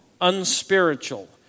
unspiritual